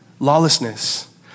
Lawlessness